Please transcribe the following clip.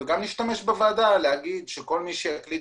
נשתמש גם בוועדה כדי להגיד שכל מי שיקליד